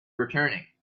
returning